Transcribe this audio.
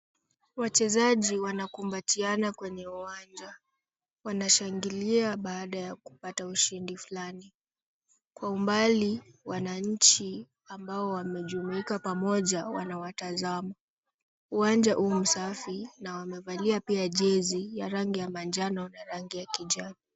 Wachezaji wanakumbatiana kwenye uwanja. Wanashangilia baada ya kupata ushindi fulani. Kwa umbali, wananchi ambao wamejumuika pamoja, wanawatazama. Uwanja u msafi na wanavalia pia jezi ya rangi ya manjano na rangi ya kijani.